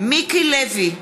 מיקי לוי,